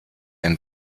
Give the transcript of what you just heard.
ein